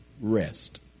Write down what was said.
rest